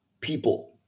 people